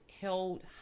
held